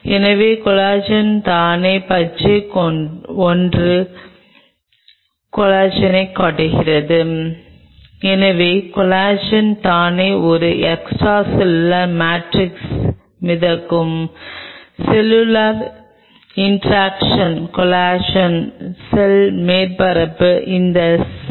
எனவே இந்த முன்னுதாரணத்தை மனதில் வைத்துக்கொண்டு நாம் நிச்சயமாக முன்னேறுவோம் இதற்கிடையில் உள்ள தொடர்பு பற்றி நாங்கள் பேசினோம்